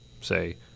say